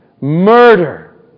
murder